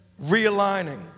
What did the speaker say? realigning